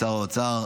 שר האוצר,